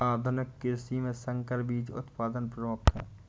आधुनिक कृषि में संकर बीज उत्पादन प्रमुख है